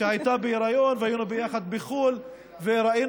כשהייתה בהיריון היינו ביחד בחו"ל וראינו